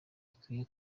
ikwiye